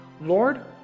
Lord